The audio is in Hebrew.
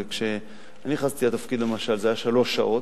וכשאני נכנסתי לתפקיד זה היה שלוש שעות.